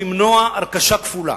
למנוע הרכשה כפולה.